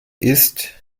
ist